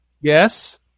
yes